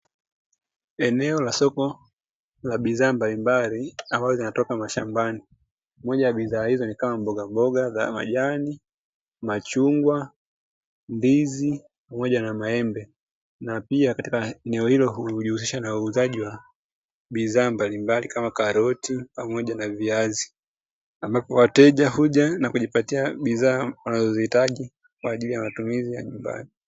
Eneo la soko la bidhaa mbalimbali ambazo zinatoka mashambani moja ya bidhaa hizo ni kama mboga mboga za majani, machungwa, ndizi pamoja na maembe na pia katika eneo hilo hujihusisha na wauzaji wa bidhaa mbalimbali kama karoti pamoja na viazi ambapo wateja huja na kujipatia bidhaa wanazozihitaji kwa ajili ya matumizi ya nyumbani.